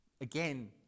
again